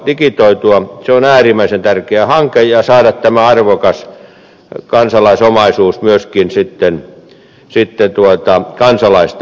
se on äärimmäisen tärkeä hanke ja näin saadaan tämä arvokas omaisuus myöskin kansalaisten käyttöön